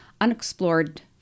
unexplored